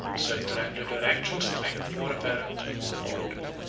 served to render their actual strength more apparent and more formidable.